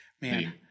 Man